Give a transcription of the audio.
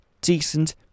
decent